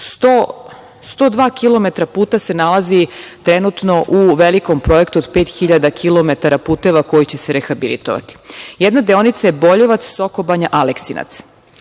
102 kilometra puta se nalazi trenutno u velikom projektu od 5.000 kilometara puteva koji će se rehabilitovati. Jedna deonica je Boljevac-Sokobanja-Aleksinac,